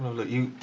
like you.